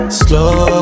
slow